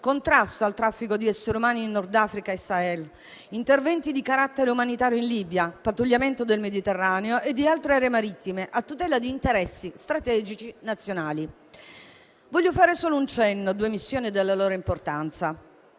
contrasto al traffico di esseri umani in Nord Africa e Sahel, interventi di carattere umanitario in Libia, pattugliamento del Mediterraneo e di altre aree marittime a tutela di interessi strategici nazionali. Voglio fare solo un cenno a due missioni e alla loro importanza.